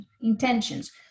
intentions